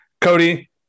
Cody